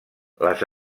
les